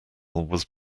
was